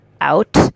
out